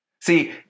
See